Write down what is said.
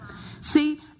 See